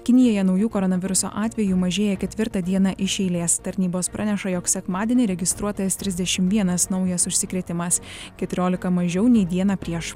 kinijoje naujų koronaviruso atvejų mažėja ketvirtą dieną iš eilės tarnybos praneša jog sekmadienį registruotas trisdešim vienas naujas užsikrėtimas keturiolika mažiau nei dieną prieš